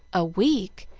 a week?